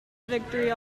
victory